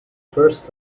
first